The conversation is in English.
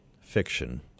fiction